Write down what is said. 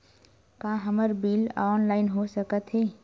का हमर bill online हो सकत हे?